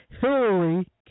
Hillary